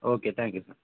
okay thank you